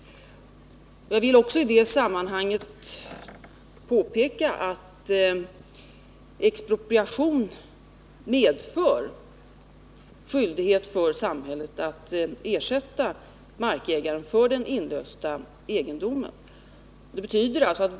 Jag vill i det sammanhanget också påpeka att expropriation medför skyldighet för samhället att ersätta markägaren för den inlösta egendomen.